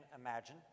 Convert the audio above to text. imagine